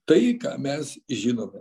tai ką mes žinome